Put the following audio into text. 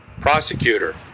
prosecutor